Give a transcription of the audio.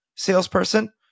Salesperson